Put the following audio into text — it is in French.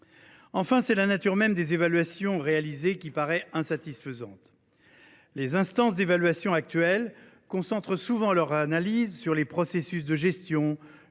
Enfin, c’est la nature même des évaluations réalisées qui paraît insatisfaisante. Les instances d’évaluation actuelles concentrent souvent plus leur analyse sur les processus de gestion,